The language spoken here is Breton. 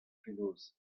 fenoz